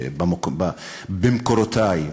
במקורותי,